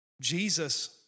Jesus